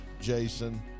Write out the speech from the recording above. Jason